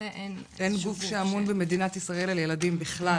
אין גוף שאמון במדינת ישראל על ילדים בכלל,